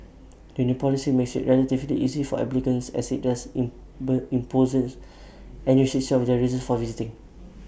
the new policy makes IT relatively easy for applicants as IT doesn't impose on their reasons for visiting